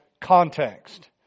context